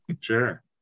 sure